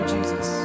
Jesus